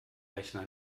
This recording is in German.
rechner